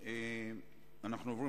אנו עוברים